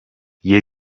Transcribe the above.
yeni